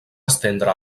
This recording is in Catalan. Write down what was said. estendre